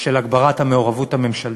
של הגברת המעורבות הממשלתית.